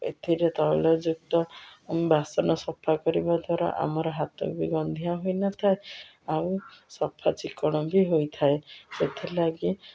ଏଥିରେ ତୈଳଯୁକ୍ତ ବାସନ ସଫା କରିବା ଦ୍ୱାରା ଆମର ହାତ ବି ଗନ୍ଧିଆ ହୋଇନଥାଏ ଆଉ ସଫା ଚିକ୍କଣ ବି ହୋଇଥାଏ ସେଥିଲାଗି